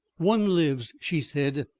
one lives, she said,